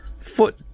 foot